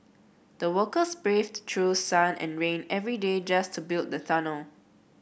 the workers braved through sun and rain every day just to build the tunnel